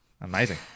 Amazing